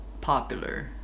popular